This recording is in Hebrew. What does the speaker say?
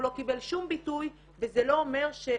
הוא לא קיבל שום ביטוי וזה לא אומר שאותן